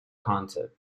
concept